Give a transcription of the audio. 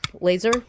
Laser